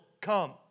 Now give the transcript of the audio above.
come